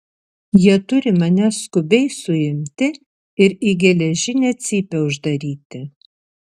jie turi mane skubiai suimti ir į geležinę cypę uždaryti